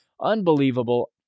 Unbelievable